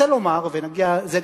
רוצה לומר, ובזה גם נגיע לתל-אביב,